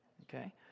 Okay